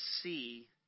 see